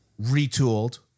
Retooled